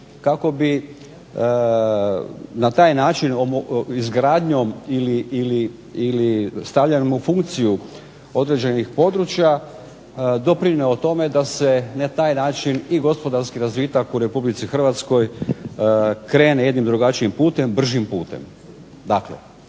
kako bi na taj način izgradnjom ili stavljanjem u funkciju određenih područja doprinio tome da se na taj način i gospodarski razvitak u Republici Hrvatskoj krene jednim drugačijim putem, bržim putem.